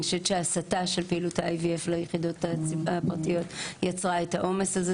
אני חושבת שההסטה של פעילות ה-IVF ליחידות הפרטיות יצרה את העומס הזה,